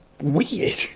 weird